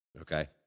okay